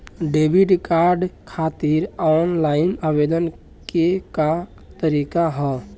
Debit card खातिर online आवेदन के का तरीकि ह?